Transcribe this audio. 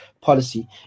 policy